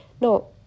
No